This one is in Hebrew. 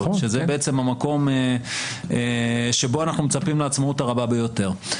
שזה בעצם המקום שבו אנחנו מצפים לעצמאות הרבה ביותר.